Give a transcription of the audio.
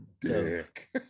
dick